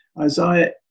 isaiah